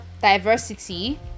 diversity